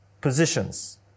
positions